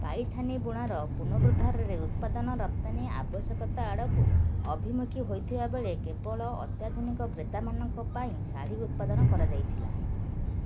ପାଇଥାନି ବୁଣାର ପୁନରୁଦ୍ଧାରରେ ଉତ୍ପାଦନ ରପ୍ତାନି ଆବଶ୍ୟକତା ଆଡ଼କୁ ଅଭିମୁଖୀ ହୋଇଥିବା ବେଳେ କେବଳ ଅତ୍ୟାଧୁନିକ କ୍ରେତାମାନଙ୍କ ପାଇଁ ଶାଢ଼ୀ ଉତ୍ପାଦନ କରା ଯାଇଥିଲା